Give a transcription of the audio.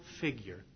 figure